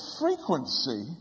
frequency